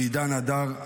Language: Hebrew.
ועידן הדר,